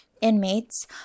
Inmates